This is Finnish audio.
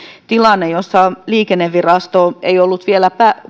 tilanne jossa liikennevirasto ei ollut vielä